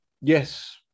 Yes